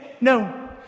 no